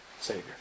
Savior